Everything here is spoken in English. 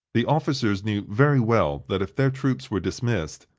the officers knew very well that if their troops were dismissed,